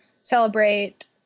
celebrate